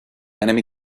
enemy